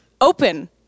open